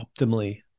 optimally